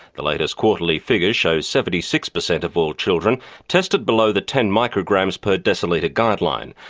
the latest quarterly figures show seventy six per cent of all children tested below the ten micrograms per decilitre guideline.